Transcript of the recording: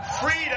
Freedom